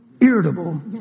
irritable